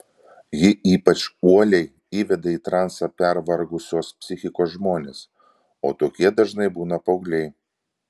ji ypač uoliai įveda į transą pervargusios psichikos žmones o tokie dažnai būna paaugliai